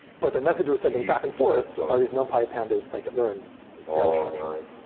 but the message we're sending back-and-forth are these numpy, pandas, scikit-learn data structures.